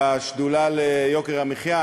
בשדולה למאבק ביוקר המחיה,